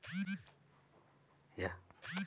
जैसलमेरी नसल ह राजस्थान म सबले जादा ऊन दे वाला भेड़िया आय